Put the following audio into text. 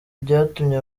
byatumye